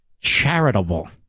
Charitable